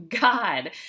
God